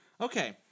Okay